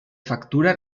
factura